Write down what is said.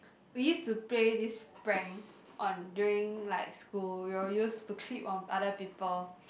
we use to play this prank on during like school we will use to clip on other people